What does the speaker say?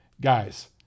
Guys